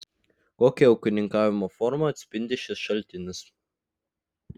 kokią ūkininkavimo formą atspindi šis šaltinis